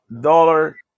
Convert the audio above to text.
dollar